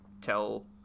tell